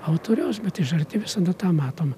autoriaus bet iš arti visada tą matom